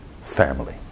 family